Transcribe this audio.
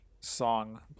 song